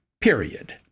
period